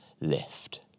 lift